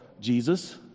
Jesus